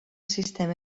sistema